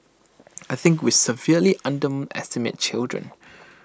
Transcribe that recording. I think we severely underestimate children